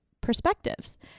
perspectives